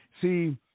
See